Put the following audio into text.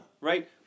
right